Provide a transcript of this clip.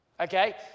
Okay